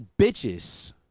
bitches